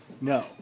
No